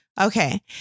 Okay